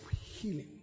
healing